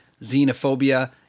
Xenophobia